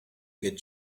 good